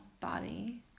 body